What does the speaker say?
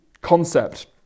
concept